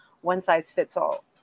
one-size-fits-all